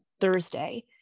Thursday